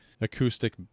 acoustic